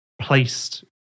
placed